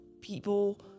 people